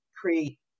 create